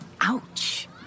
Ouch